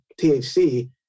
THC